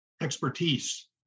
expertise